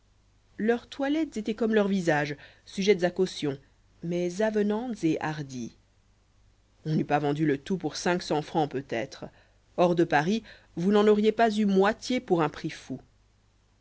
leurs toilettes étaient comme leurs visages sujettes à caution mais avenantes et hardies on n'eut pas vendu le tout pour cinq cents francs peut-être hors de paris vous n'en auriez pas eu moitié pour un prix fou